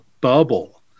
bubble